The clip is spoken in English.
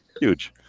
huge